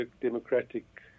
democratic